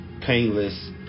painless